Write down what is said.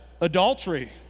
adultery